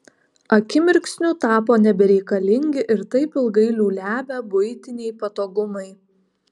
akimirksniu tapo nebereikalingi ir taip ilgai liūliavę buitiniai patogumai